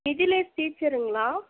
Nithilesh டீச்சருங்களா